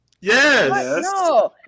Yes